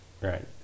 right